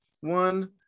one